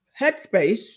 Headspace